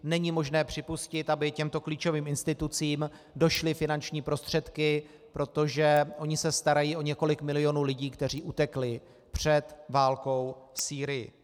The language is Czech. Není možné připustit, aby těmto klíčovým institucím došly finanční prostředky, protože ony se starají o několik milionů lidí, kteří utekli před válkou v Sýrii.